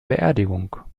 beerdigung